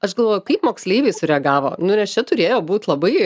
aš galvoju kaip moksleiviai sureagavo nu nes čia turėjo būt labai